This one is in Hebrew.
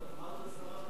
אמרת: